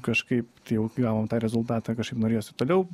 kažkaip tai jau gavom tą rezultatą kažkaip norėjosi toliau